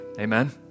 Amen